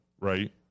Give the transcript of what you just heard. right